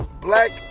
black